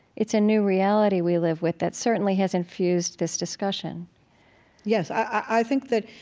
it's a new reality we live with that certainly has infused this discussion yes, i think that,